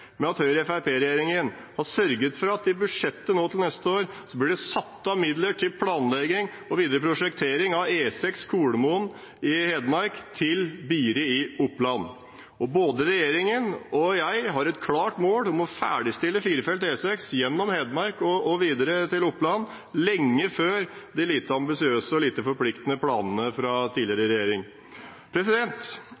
med at Høyre–Fremskrittsparti-regjeringen har sørget for at det i budsjettet nå til neste år blir satt av midler til planlegging og videre prosjektering av E6 Kolomoen i Hedmark til Biri i Oppland. Og både regjeringen og jeg har et klart mål om å ferdigstille firefelts E6 gjennom Hedmark og videre til Oppland lenge før de lite ambisiøse og lite forpliktende planene fra den tidligere